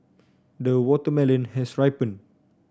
the watermelon has ripened